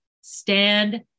stand